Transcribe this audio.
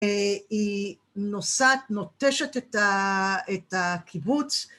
‫היא נוסעת.. נוטשת את הקיבוץ.